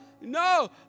no